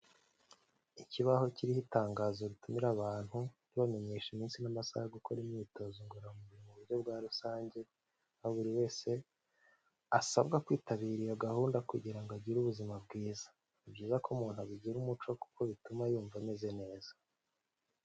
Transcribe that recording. Ikibaho kiriho itangazo ritumira abantu ribamenyesha iminsi n'amasaha yo gukora imyitozo ngororamubiri mu buryo bwa rusange, aho buri wese asabwa kwitabira iyo gahunda kugira ngo agire ubuzima bwiza, ni byiza ko umuntu abigira umuco kuko bituma yumva ameze neza.